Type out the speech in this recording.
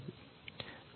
ಆಯ್ತು